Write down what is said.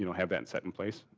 you know have that set in place,